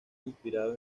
inspirado